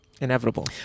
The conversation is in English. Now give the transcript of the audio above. Inevitable